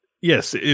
yes